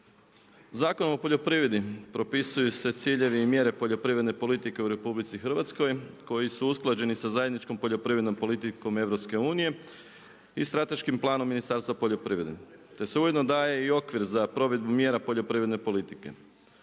Zakonom o poljoprivredi propisuju se ciljevi i mjere poljoprivredne politike u RH koji su usklađeni sa zajedničkom poljoprivrednom politikom EU i strateškim planom Ministarstva poljoprivrede te se ujedno daje i okvir za provedbu mjera poljoprivredne politike.